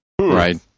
right